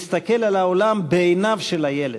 להסתכל על העולם בעיניו של הילד,